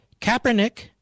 Kaepernick